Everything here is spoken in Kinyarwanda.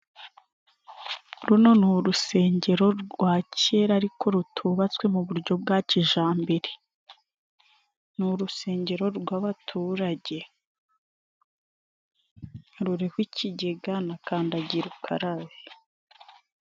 Runo ni urusengero rwa kera ariko rutubatswe mu buryo bwa kijambere, ni urusengero rw'abaturage ruriho ikigega na kandagirukarabe.